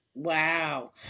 Wow